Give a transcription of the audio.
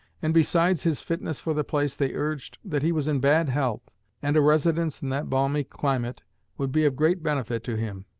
and, besides his fitness for the place, they urged that he was in bad health and a residence in that balmy climate would be of great benefit to him.